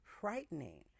frightening